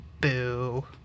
boo